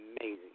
Amazing